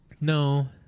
No